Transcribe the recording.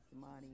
money